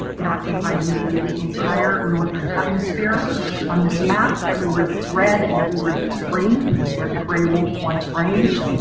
it occupied and really the entire northern hemisphere on this map everywhere that's red and everywhere that's green is where the gray wolf once ranged.